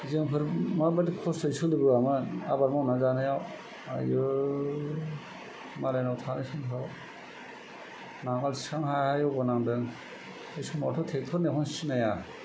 जोंफोर माबादि खस्थ'यै सोलिबोआमोन आबाद मावनानै जानायाव आयु मालायनाव थानाय दिनफोराव नांगोल थिखांनो हाया हाया एवबोनांदों बे समावथ' ट्रेक्टर होननायखौनो सिनाया